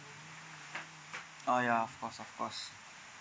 oh ya of course of course